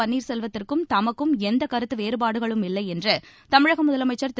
பன்னீர்செல்வத்திற்கும் தமக்கும் எந்த கருத்து வேறபாடுகளும் இல்லை என்று தமிழக முதலமைச்சர் திரு